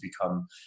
become